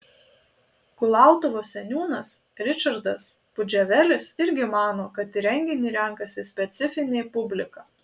kulautuvos seniūnas ričardas pudževelis irgi mano kad į renginį renkasi specifinė publika